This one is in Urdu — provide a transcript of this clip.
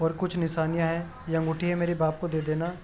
اور کچھ نشانیاں ہیں یہ انگوٹھی ہے میرے باپ کو دے دینا